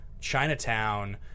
Chinatown